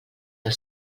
del